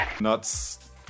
nuts